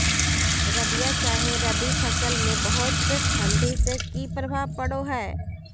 रबिया चाहे रवि फसल में बहुत ठंडी से की प्रभाव पड़ो है?